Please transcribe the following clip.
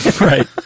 Right